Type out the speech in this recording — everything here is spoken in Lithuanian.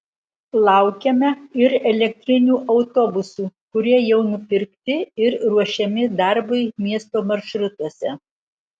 laukiame ir elektrinių autobusų kurie jau nupirkti ir ruošiami darbui miesto maršrutuose